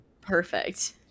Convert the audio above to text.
perfect